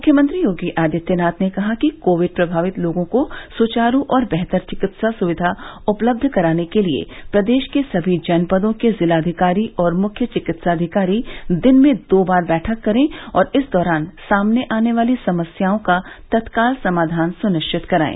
मुख्यमंत्री योगी आदित्यनाथ ने कहा कि कोविड प्रभावित लोगों को सुचारू और बेहतर चिकित्सा सुविधा उपलब्ध कराने के लिए प्रदेश के सभी जनपदों के जिलाधिकारी और मुख्य चिकित्साधिकारी दिन में दो बार बैठक करें और इस दौरान सामने आने वाली समस्याओं का तत्काल समाधान सुनिश्चित करायें